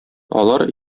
алар